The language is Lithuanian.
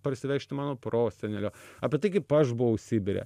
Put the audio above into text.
parsivežti mano prosenelio apie tai kaip aš buvau sibire